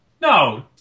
No